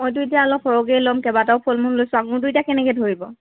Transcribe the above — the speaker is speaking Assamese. মইতো এতিয়া অলপ সৰহকৈয়ে লম কেইবাটাও ফল মূল লৈছোঁ আঙুৰটো এতিয়া কেনেকৈ ধৰিব